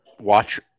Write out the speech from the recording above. watch